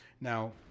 now